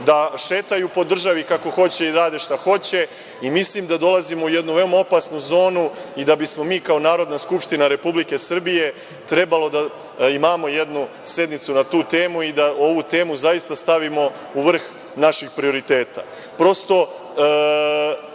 da šetaju po državi kako hoće i rade šta hoće? Mislim da dolazimo u jednu veoma opasnu zonu i da bismo mi kao Narodna skupština Republike Srbije trebalo da imamo jednu sednicu na temu i da ovu temu zaista stavimo u vrh naših prioriteta. Prosto,